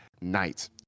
night